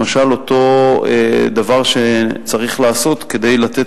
למשל אותו דבר שצריך לעשות כדי לתת